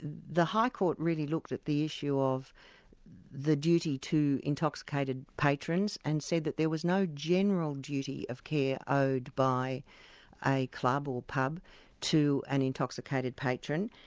the the high court really looked at the issue of the duty to intoxicated patrons and said that there was no general duty of care owed by a club ah or pub to an intoxicated patron.